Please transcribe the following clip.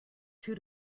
two